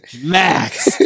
Max